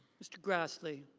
mr. grassley.